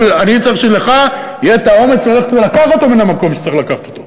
אבל אני צריך שלך יהיה האומץ ללכת ולקחת אותו מן המקום שצריך לקחת אותו.